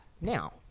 now